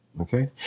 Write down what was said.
Okay